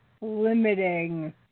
limiting